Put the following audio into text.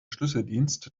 schlüsseldienst